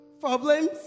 problems